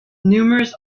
numerous